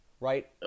right